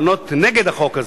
נגד החוק הזה.